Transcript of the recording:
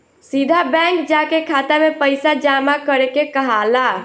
सीधा बैंक जाके खाता में पइसा जामा करे के कहाला